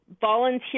volunteer